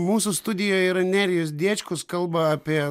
mūsų studijoj yra nerijus diečkus kalba apie